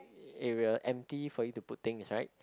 area empty for you to put thing inside